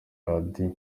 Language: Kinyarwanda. radio